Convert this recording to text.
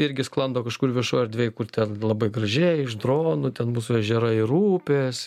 irgi sklando kažkur viešoj erdvėj kur ten labai gražiai iš dronų ten mūsų ežerai ir upės